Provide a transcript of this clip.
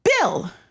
Bill